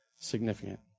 significant